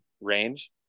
range